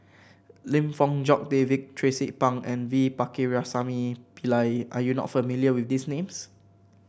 Lim Fong Jock David Tracie Pang and V Pakirisamy Pillai are you not familiar with these names